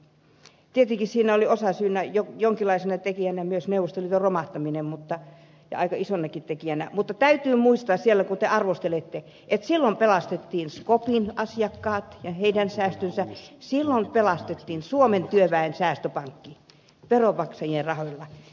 tietenkin siinä oli osasyynä jonkinlaisena tekijänä myös neuvostoliiton romahtaminen ja aika isonakin tekijänä mutta täytyy muistaa siellä kun te arvostelette että silloin pelastettiin skopin asiakkaat ja heidän säästönsä silloin pelastettiin suomen työväen säästöpankin asiakkaat veronmaksajien rahoilla